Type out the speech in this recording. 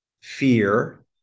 fear